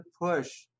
push